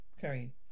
Carrie